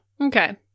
okay